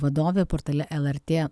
vadovė portale lrt